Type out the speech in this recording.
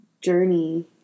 journey